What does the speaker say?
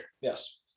Yes